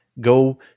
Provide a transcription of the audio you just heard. Go